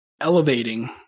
elevating